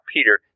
Peter